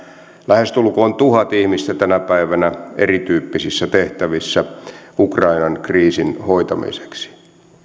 lähestulkoon tuhat ihmistä tänä päivänä erityyppisissä tehtävissä ukrainan kriisin hoitamiseksi